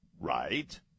Right